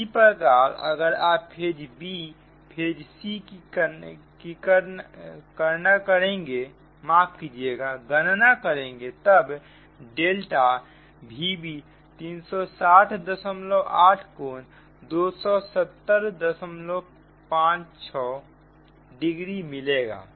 इसी प्रकार अगर आप फेज b फेज c की करना करेंगे तब डेल्टा Vb 3608 कोण 21756 डिग्री मिलेगा